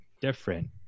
different